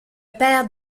père